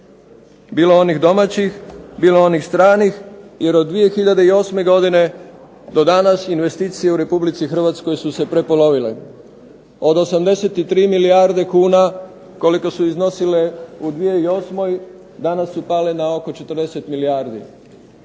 bilo onih domaćih, bilo onih stranih jer od 2008. godine do danas investicije u Republici Hrvatskoj su se prepolovile. Od 83 milijarde kuna koliko su iznosile u 2008. danas su pale na oko 40 milijardi.